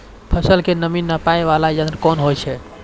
फसल के नमी नापैय वाला यंत्र कोन होय छै